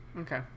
Okay